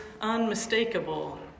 unmistakable